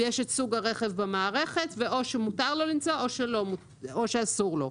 ויש את סוג הרכב במערכת ואז או שמותר לו לנסוע או שאסור לו.